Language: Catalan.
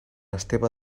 esteve